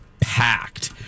packed